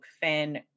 fan